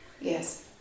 Yes